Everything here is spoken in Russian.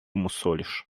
мусолишь